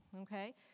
Okay